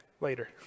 later